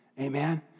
Amen